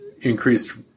increased